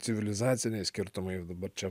civilizaciniai skirtumai dabar čia